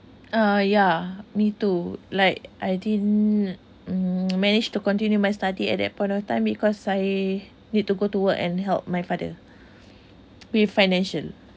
uh yeah me too like I didn't um manage to continue my studies at that point of time because I need to go to work and help my father with financial